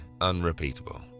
unrepeatable